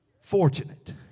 fortunate